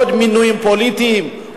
עוד מינויים פוליטיים,